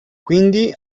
quindi